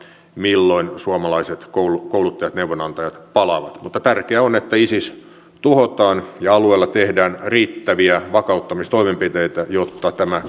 milloin suomalaiset kouluttajat ja neuvonantajat palaavat mutta tärkeää on että isis tuhotaan ja alueella tehdään riittäviä vakauttamistoimenpiteitä jotta tämä